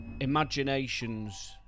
imaginations